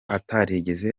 atarigeze